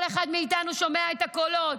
כל אחד מאיתנו שומע את הקולות,